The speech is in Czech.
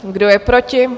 Kdo je proti?